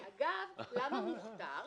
אגב, למה מוכתר?